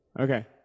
okay